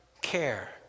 care